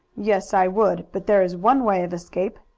yes, i would. but there is one way of escape.